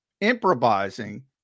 improvising